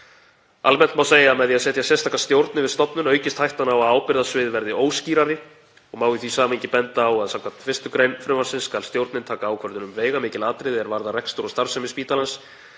„Almennt má segja að með því að setja sérstaka stjórn yfir stofnun aukist hættan á að ábyrgðarsvið verði óskýrari og má í því samhengi benda á að skv. 1.gr. frumvarpsins skal stjórnin taka ákvörðun um veigamikil atriði er varða rekstur og starfsemi spítalans